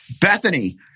Bethany